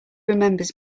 remembers